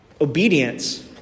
obedience